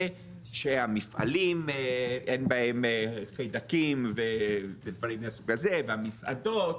שבמפעלים אין חיידקים ודברים מהסוג הזה,